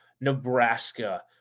Nebraska